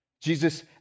Jesus